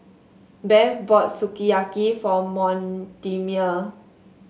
Bev bought Sukiyaki for Mortimer